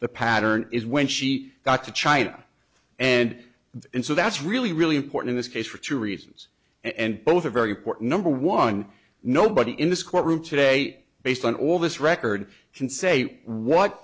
the pattern is when she got to china and so that's really really important this case for two reasons and both are very important number one nobody in this courtroom today based on all this record can say what